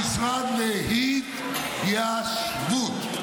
המשרד להתיישבות,